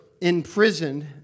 imprisoned